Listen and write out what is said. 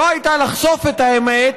לא הייתה לחשוף את האמת